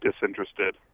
disinterested